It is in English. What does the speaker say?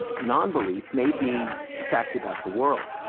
and non-belief, may be a fact about the world,